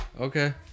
Okay